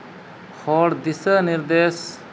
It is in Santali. ᱦᱚᱨ ᱫᱤᱥᱟᱹ ᱱᱤᱨᱫᱮᱥ